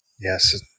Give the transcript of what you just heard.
Yes